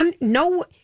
No